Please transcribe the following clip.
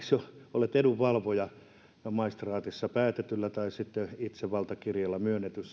olet edunvalvoja maistraatissa päätetty tai sitten itse valtakirjalla myönnetty